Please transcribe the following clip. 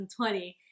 2020